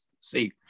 see